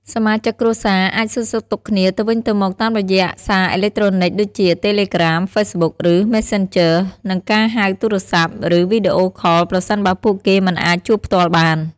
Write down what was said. សមាជិកគ្រួសារអាចសួរសុខទុក្ខគ្នាទៅវិញទៅមកតាមរយៈសារអេឡិចត្រូនិចដូចជា តេឡេក្រាម, ហ្វេសប៊ុក ឬ ម៉េសសេនជឺ និងការហៅទូរស័ព្ទ ឬវីដេអូខលប្រសិនបើពួកគេមិនអាចជួបផ្ទាល់បាន។